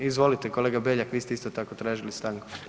Izvolite kolega Beljak, vi ste isto tako tražili stanku.